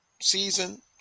season